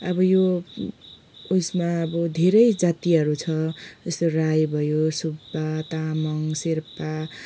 अब यो उयसमा अब धेरै जातिहरू छ जस्तै राई भयो सुब्बा तामाङ शेर्पा